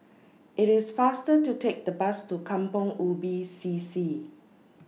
IT IS faster to Take The Bus to Kampong Ubi C C